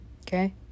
Okay